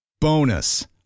Bonus